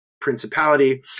principality